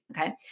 Okay